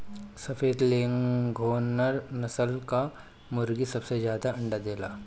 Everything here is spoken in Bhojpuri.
सफ़ेद लेघोर्न नस्ल कअ मुर्गी सबसे ज्यादा अंडा देले